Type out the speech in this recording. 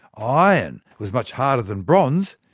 iron was much harder than bronze,